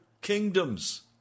kingdoms